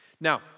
Now